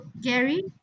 Gary